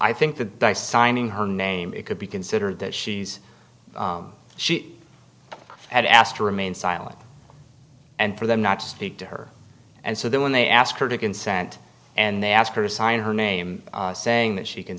i think the die signing her name it could be considered that she's she had asked to remain silent and for them not to speak to her and so then when they ask her to consent and they ask her to sign her name saying that she